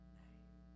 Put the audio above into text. name